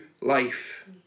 life